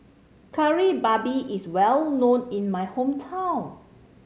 Kari Babi is well known in my hometown